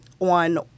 on